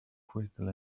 crystal